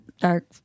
dark